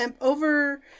over